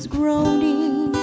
groaning